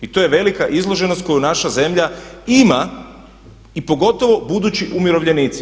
I to je velika izloženost koju naša zemlja ima i pogotovo budući umirovljenici.